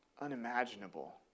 unimaginable